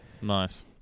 Nice